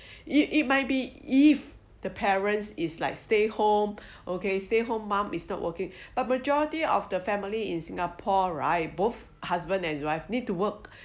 it it might be if the parents is like stay home okay stay home mum is not working but majority of the family in singapore right both husband and wife need to work